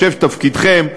שתפקידכם,